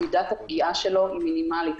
מידת הפגיעה שלו היא מינימלית.